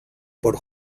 por